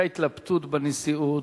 היתה התלבטות בנשיאות,